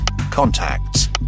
contacts